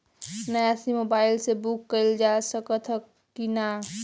नया sim mobile से book कइलजा सकत ह कि ना?